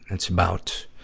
that's about,